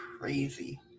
crazy